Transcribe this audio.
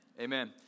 Amen